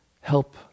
help